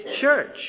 church